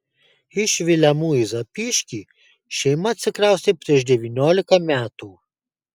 iš vilemų į zapyškį šeima atsikraustė prieš devyniolika metų